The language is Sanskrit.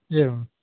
एवं